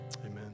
Amen